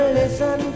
listen